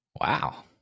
Wow